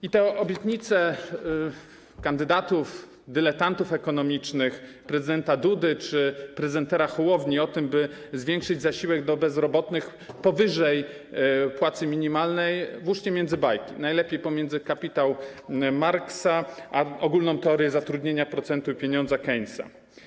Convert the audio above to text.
I te obietnice kandydatów, dyletantów ekonomicznych, prezydenta Dudy czy prezentera Hołowni, o tym, by zwiększyć zasiłek dla bezrobotnych powyżej płacy minimalnej, włóżcie między bajki, najlepiej pomiędzy „Kapitał” Marksa a „Ogólną teorię zatrudnienia, procentu i pieniądza” Keynesa.